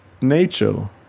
nature